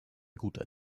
guter